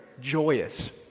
joyous